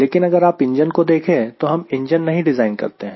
लेकिन अगर आप इंजन को देखें तो हम इंजन नहीं डिज़ाइन करते हैं